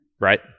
Right